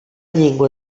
llengua